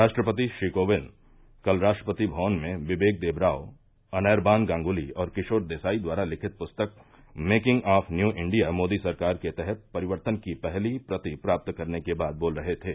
राष्ट्रपति श्री कोविंद कल राष्ट्रपति भवन में बिबेक देबराव अनैरबान गांगुली और किशोर देसाई द्वारा लिखित पुस्तक making of new India Modi सरकार के तहत परिवर्तन की पहली प्रति प्राप्त करने के बाद बोल रहे थे